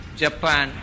Japan